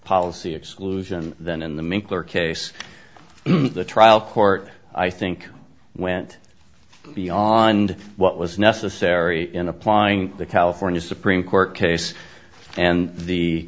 policy exclusion than in the mcclure case the trial court i think went beyond what was necessary in applying the california supreme court case and the